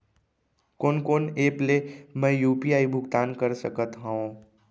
कोन कोन एप ले मैं यू.पी.आई भुगतान कर सकत हओं?